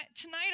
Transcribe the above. tonight